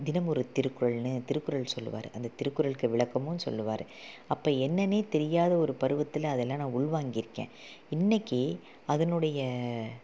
தினம் ஒரு திருக்குறள்னு திருக்குறள் சொல்லுவார் அந்த திருக்குறள்கு விளக்கமும் சொல்லுவார் அப்போது என்னென்னே தெரியாத ஒரு பருவத்தில் அதெல்லாம் நான் உள்வாங்கியிருக்கேன் இன்றைக்கி அதனுடைய